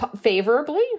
favorably